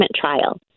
trial